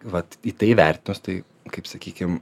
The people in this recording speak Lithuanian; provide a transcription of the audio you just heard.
vat į tai įvertinus tai kaip sakykim